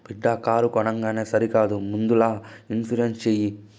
బిడ్డా కారు కొనంగానే సరికాదు ముందల ఇన్సూరెన్స్ చేయి